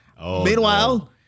Meanwhile